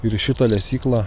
ir į šitą lesyklą